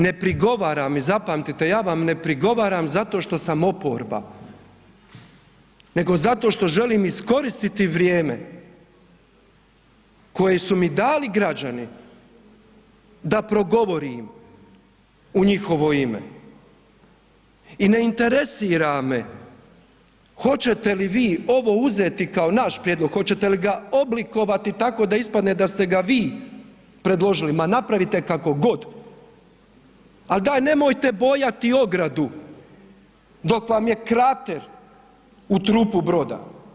Ne prigovaram i zapamtite, ja vam ne prigovaram zato što sam oporba nego zato što želim iskoristiti vrijeme koje su mi dali građani da progovorim u njihovo ime i ne interesira me hoćete li ovo uzeti kao naš prijedlog, hoćete li ga oblikovati tako da ispadne da ste ga vi predložili, ma napravite kako god, ali daj nemojte bojati ogradu dok vam je krater u trupu broda.